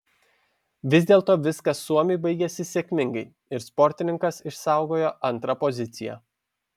vis dėlto viskas suomiui baigėsi sėkmingai ir sportininkas išsaugojo antrą poziciją